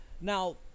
Now